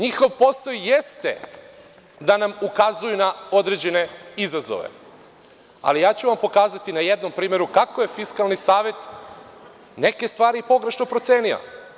Njihov posao jeste da nam ukazuju na određene izazove, ali ja ću vam pokazati na jednom primeru kako je Fiskalni savet neke stvari pogrešno procenio.